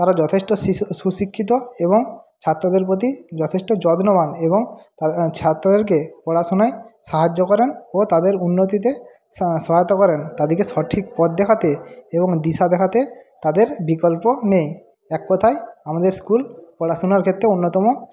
তাঁরা যথেষ্ট সুশিক্ষিত এবং ছাত্রদের প্রতি যথেষ্ট যত্নবান এবং ছাত্রদেরকে পড়াশোনায় সাহায্য করেন ও তাদের উন্নতিতে সহায়তা করেন তাদেরকে সঠিক পথ দেখাতে এবং দিশা দেখাতে তাদের বিকল্প নেই এক কথায় আমাদের স্কুল পড়াশোনার ক্ষেত্রে অন্যতম